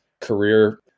career